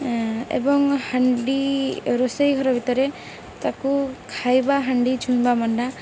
ଏବଂ ହାଣ୍ଡି ରୋଷେଇ ଘର ଭିତରେ ତାକୁ ଖାଇବା ହାଣ୍ଡି ଛୁଇଁବା ମନା